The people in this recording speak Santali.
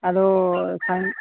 ᱟᱫᱚ ᱥᱟᱭᱤᱱ